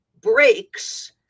breaks